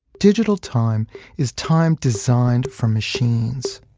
digital time is time designed from machines.